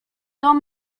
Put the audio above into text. dom